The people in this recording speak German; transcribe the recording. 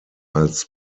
als